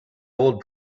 old